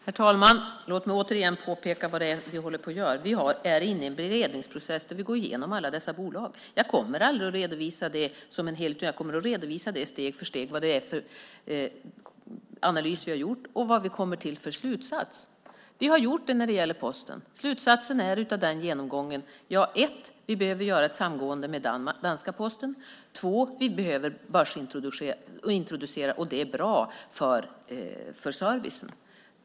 Herr talman! Låt mig återigen påpeka vad det är som vi håller på med. Vi är inne i en beredningsprocess där vi går igenom alla dessa bolag. Jag kommer aldrig att redovisa det som en helhet, utan jag kommer steg för steg att redovisa vilken analys som vi har gjort och vilken slutsats vi kommer fram till. Vi har gjort det när det gäller Posten. Slutsatsen av den genomgången är för det första att vi behöver göra ett samgående med den danska posten och för det andra att vi behöver börsintroducera, vilket är bra för servicen.